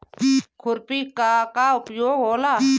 खुरपी का का उपयोग होला?